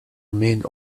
remained